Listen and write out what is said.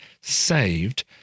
saved